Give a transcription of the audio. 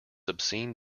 obscene